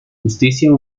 justicia